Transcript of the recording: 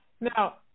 Now